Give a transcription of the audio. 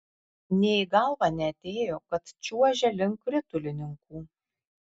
nė į galvą neatėjo kad čiuožia link ritulininkų